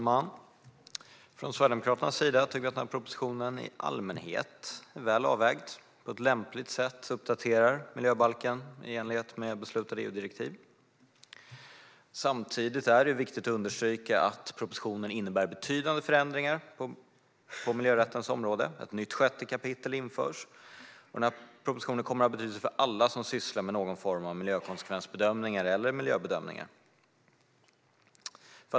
Fru talman! Sverigedemokraterna tycker att propositionen i allmänhet är väl avvägd och på lämpligt sätt uppdaterar miljöbalken i enlighet med beslutade EU-direktiv. Samtidigt är det viktigt att understryka att propositionen innebär betydande förändringar på miljörättens område. Ett nytt sjätte kapitel införs. Propositionen kommer att få betydelse för alla som sysslar med någon form av miljökonsekvensbedömningar eller miljöbedömningar.